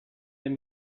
den